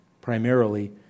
primarily